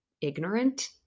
ignorant